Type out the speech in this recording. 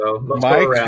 Mike